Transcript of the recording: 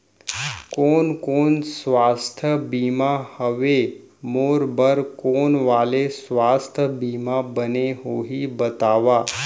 कोन कोन स्वास्थ्य बीमा हवे, मोर बर कोन वाले स्वास्थ बीमा बने होही बताव?